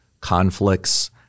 conflicts